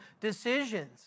decisions